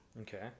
Okay